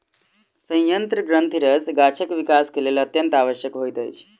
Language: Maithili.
सयंत्र ग्रंथिरस गाछक विकास के लेल अत्यंत आवश्यक होइत अछि